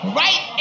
right